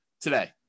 today